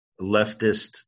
leftist